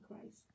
Christ